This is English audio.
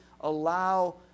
allow